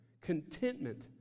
contentment